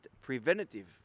preventative